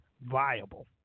viable